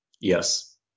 Yes